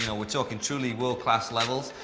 you know we're talking truly world class levels.